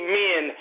men